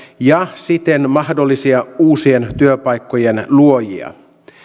ja siten mahdollisia uusien työpaikkojen luojia